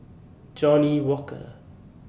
Johnnie Walker